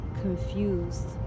confused